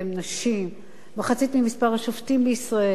מחצית ממספר השופטים בישראל הם נשים.